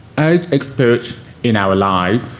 as experts in our lives,